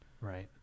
Right